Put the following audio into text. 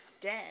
dead